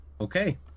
okay